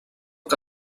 que